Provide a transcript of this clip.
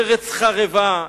ארץ חרבה,